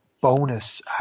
bonus